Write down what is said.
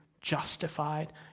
justified